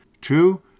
Two